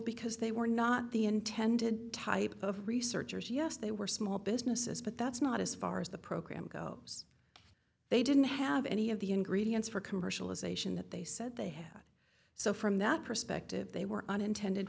because they were not the intended type of researchers yes they were small businesses but that's not as far as the program go they didn't have any of the ingredients for commercialization that they said they had so from that perspective they were unintended